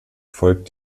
folgt